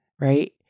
right